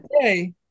Today